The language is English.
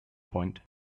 point